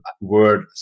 word